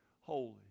holy